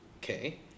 Okay